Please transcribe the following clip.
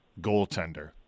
goaltender